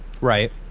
right